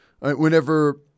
Whenever